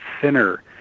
thinner